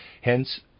Hence